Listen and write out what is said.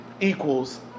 Equals